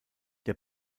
der